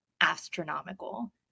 astronomical